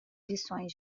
lições